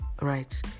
right